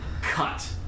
cut